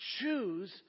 choose